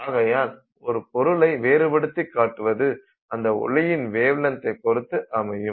ஆகையால் ஒரு பொருளை வேறுபடுத்திக் காட்டுவது அந்த ஒளியின் வேவ்லென்த்தை பொறுத்து அமையும்